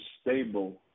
stable